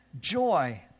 joy